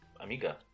Amiga